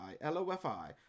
L-O-F-I